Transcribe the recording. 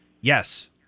Yes